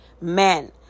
men